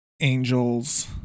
angels